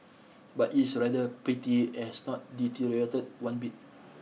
but it's rather pretty as not deteriorated one bit